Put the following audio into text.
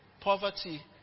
Poverty